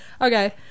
Okay